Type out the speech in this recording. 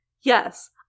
Yes